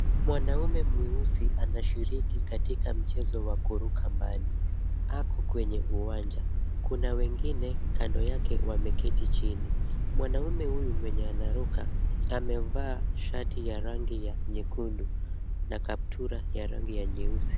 Mwanaume mweusi anashiriki katika mchezo wa kuruka mbali. Ako kwenye uwanja, kuna wengine kando yake wameketi chini. Mwanaume huyu mwenye anaruka amevaa shati ya rangi ya nyekundu na kaptula ya rangi ya nyeusi.